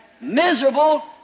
Miserable